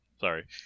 Sorry